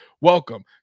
Welcome